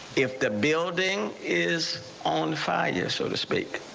if the building is on fire so to speak.